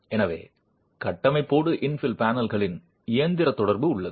எனவே கட்டமைப்போடு இன்ஃபில் பேனல்களின் இயந்திர தொடர்பு உள்ளது